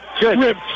Good